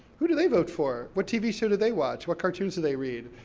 who do they vote for, what tv show do they watch, what cartoons do they read,